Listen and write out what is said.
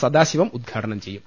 സദാശിവം ഉദ്ഘാടനം ചെയ്യും